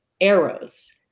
arrows